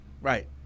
Right